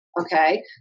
okay